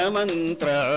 mantra